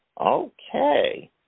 Okay